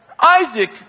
Isaac